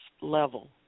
level